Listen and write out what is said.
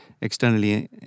externally